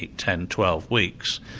ten, twelve weeks,